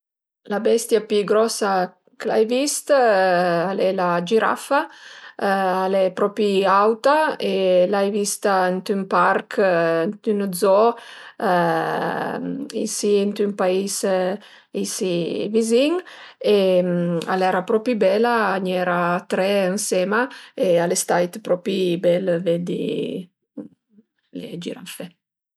La bestia pi grosa ch'ai vist al e la girafa, al e propi auta e l'ai vista ënt ün parch, ënt ün zoo isi ënt ün pais, isi vizin e al era propi bela, a n'iera tre ënsema e al e stait propi bel vedi le girafe